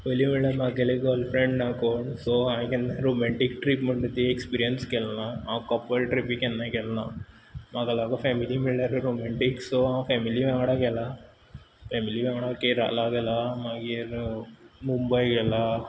पयलीं म्हळ्ळ्यार म्हागेलें गलफ्रँड ना कोण सो हांय केन्ना रोमँटीक ट्रीप म्हणटा ती एक्सपिरीयन्स केली ना हांव कपल ट्रिपी केन्ना गेल ना म्हाका लागो फॅमिली म्हळ्ळ्यार रोमँटीक सो हांव फॅमिली वांगडा गेला फॅमिली वांगडा केरळा गेला मागीर मुंबय गेला